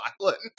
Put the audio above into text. violent